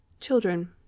Children